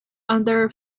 other